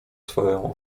swoją